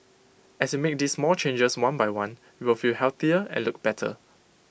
as you make these small changes one by one you will feel healthier and look better